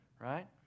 right